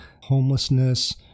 homelessness